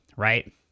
right